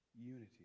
unity